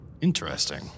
Interesting